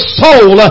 soul